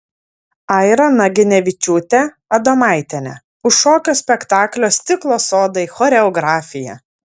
aira naginevičiūtė adomaitienė už šokio spektaklio stiklo sodai choreografiją